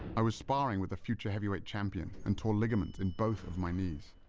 i was sparring with a future heavyweight champion and tore ligaments in both of my knees.